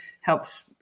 helps